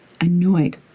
annoyed